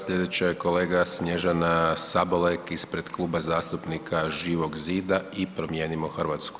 Sljedeća je kolega Snježana Sabolek ispred Kluba zastupnika Živog zida i Promijenimo Hrvatsku.